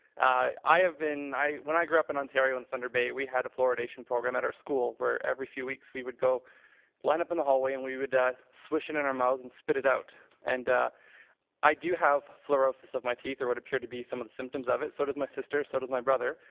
i have been when i grew up in ontario in thunder bay, we had a fluoridation program at our school where every few weeks we would go line up in the hallway and we would ah swish it in our mouths and spit it out, and i do have fluorosis of my teeth or what appear to be some of the symptoms of it, so does my sister, so does my brother.